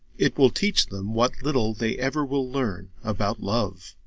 it will teach them what little they ever will learn about love.